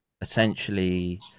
essentially